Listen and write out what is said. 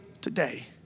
today